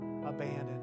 abandoned